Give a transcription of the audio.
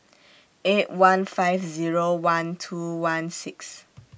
eight one five Zero one two one six